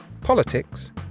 politics